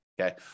okay